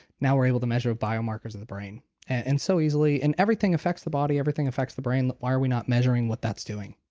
now we're able to measure biomarkers of the brain and so easily. and everything effects the body. everything effects the brain. why are we not measuring what that's doing?